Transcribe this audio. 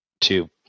two